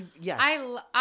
Yes